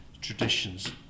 traditions